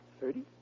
thirty